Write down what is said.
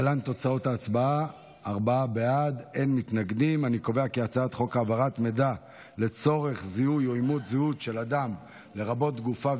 חוק העברת מידע לצורך זיהוי או אימות זהות של אדם לרבות גופה,